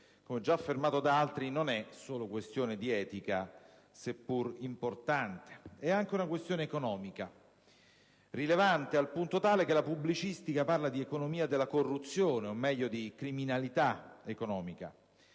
come già affermato da altri, non è solo questione di etica, seppur importante. È anche una questione economica, rilevante al punto tale che la pubblicistica parla di economia della corruzione o, meglio, di criminalità economica.